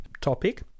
topic